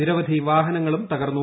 നിരവധി വാഹനങ്ങളും തകർന്നു